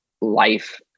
life